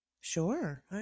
sure